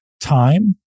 time